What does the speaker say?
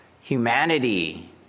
humanity